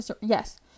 Yes